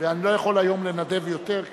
ואני לא יכול היום לנדב יותר.